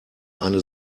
eine